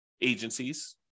agencies